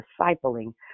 discipling